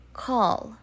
call